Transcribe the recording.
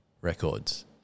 Records